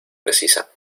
precisa